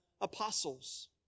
Apostles